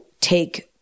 take